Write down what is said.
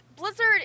Blizzard